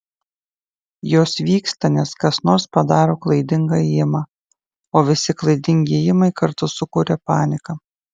jos vyksta nes kas nors padaro klaidingą ėjimą o visi klaidingi ėjimai kartu sukuria paniką